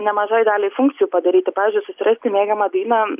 nemažai daliai funkcijų padaryti pavyzdžiui susirasti mėgiamą dainą